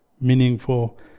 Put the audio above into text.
meaningful